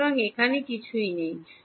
সুতরাং এখানে কিছুই নেই